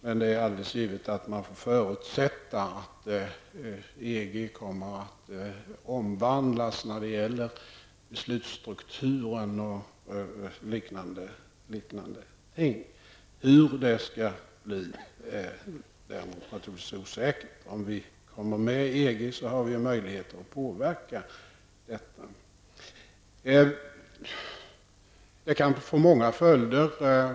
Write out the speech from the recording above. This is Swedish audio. Det är emellertid alldeles givet att man kan förutsätta att EG kommer att omvandlas när det gäller beslutsstrukturen och liknande saker. Hur det blir är naturligtvis osäkert. Kommer vi med i EG har vi möjligheter att påverka. Det kan få många följder.